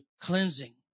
cleansing